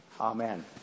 Amen